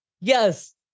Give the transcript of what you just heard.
Yes